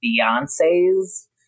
Beyonce's